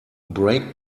brake